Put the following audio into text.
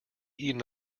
eaten